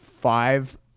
five